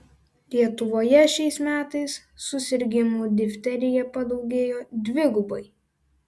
lietuvoje šiais metais susirgimų difterija padaugėjo dvigubai